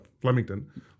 Flemington